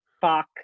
Fuck